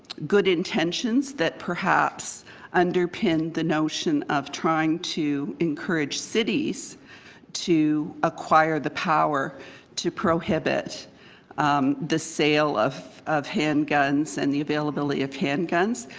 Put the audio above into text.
good intention that is perhaps underpin the notion of trying to encourage cities to acquire the power to prohibit the sale of of handguns and the availability of handguns,